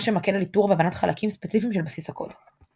מה שמקל על איתור והבנת חלקים ספציפיים של בסיס הקוד.